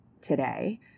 today